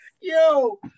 Yo